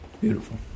Beautiful